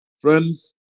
Friends